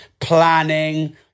planning